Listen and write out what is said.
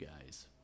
guys